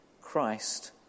Christ